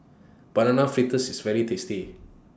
Banana Fritters IS very tasty